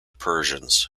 persians